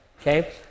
Okay